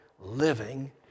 living